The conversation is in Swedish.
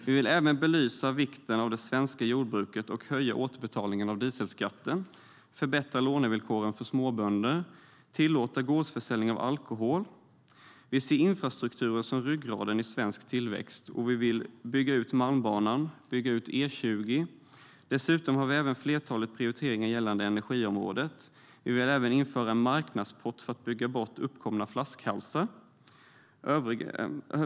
Vi vill även belysa vikten av det svenska jordbruket och höja återbetalningen av dieselskatten, förbättra lånevillkoren för småbönder, tillåta gårdsförsäljning av alkohol. Vi ser infrastrukturen som ryggraden i svensk tillväxt, och vi vill bygga ut Malmbanan och bygga ut E20. Dessutom har vi ett flertal prioriteringar gällande energiområdet. Vi vill även införa en marknadspott för att bygga bort uppkomna flaskhalsar.